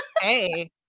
hey